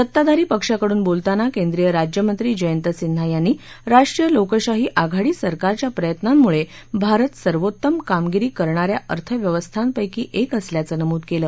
सत्ताधारी पक्षाकडून बोलताना केंद्रीय राज्यमंत्री जयंत सिन्हा यांनी राष्ट्रीय लोकशाही आघाडी सरकारच्या प्रयत्नांमुळे भारत सर्वोत्तम कामगिरी करणार्या अर्थव्यवस्थांपैकी एक असल्याचं नमूद केलं